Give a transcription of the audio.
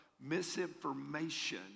misinformation